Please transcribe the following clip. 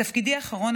בתפקידי האחרון,